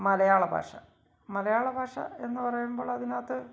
മലയാളഭാഷ മലയാളഭാഷ എന്ന് പറയുമ്പോഴതിനകത്ത്